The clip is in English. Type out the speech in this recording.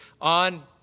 on